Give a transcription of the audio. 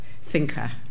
thinker